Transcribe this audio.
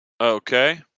Okay